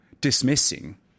dismissing